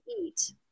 eat